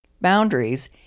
Boundaries